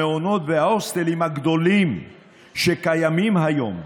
המעונות וההוסטלים הגדולים שקיימים היום,